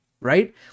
right